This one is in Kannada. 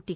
ಟಿ